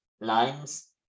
lines